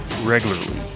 regularly